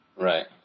Right